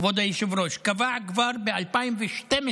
כבוד היושב-ראש, קבע כבר ב-2012,